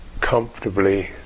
comfortably